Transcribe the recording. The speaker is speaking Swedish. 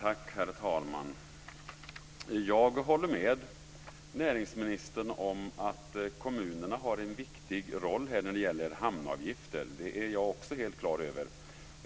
Herr talman! Jag håller med näringsministern om att kommunerna har en viktig roll när det gäller hamnavgifterna.